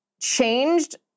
changed